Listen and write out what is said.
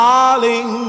Darling